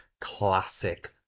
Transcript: classic